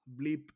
bleep